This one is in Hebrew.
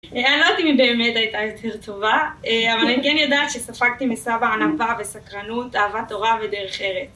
אני לא יודעת אם היא באמת הייתה יותר טובה, אבל אני כן יודעת שספגתי מסבא ענווה וסקרנות, אהבה תורה ודרך ארץ.